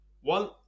One